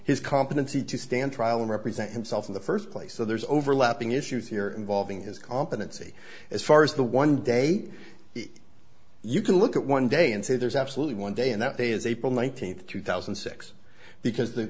his competency to stand trial and represent himself in the first place so there's overlapping issues here involving his competency as far as the one day you can look at one day and say there's absolutely one day and that day is april nineteenth two thousand and six because the